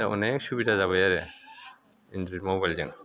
दा अनेक सुबिदा जाबाय आरो एन्ड्र'इड मबाइजों